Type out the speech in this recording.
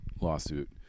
lawsuit